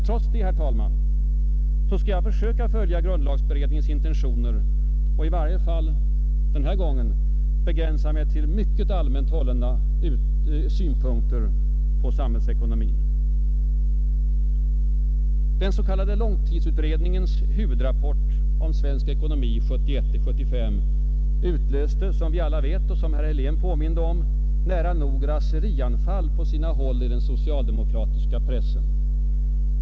Trots detta, herr talman, skall jag försöka följa grundlagberedningens intentioner och i varje fall den här gången begränsa mig till mycket allmänt hållna synpunkter på samhällsekonomin. Den s.k. långtidsutredningens huvudrapport om svensk ekonomi 1971—1975 utlöste, som vi alla vet och som herr Helén påminde om, nära nog raserianfall på sina håll i den socialdemokratiska pressen.